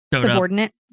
Subordinate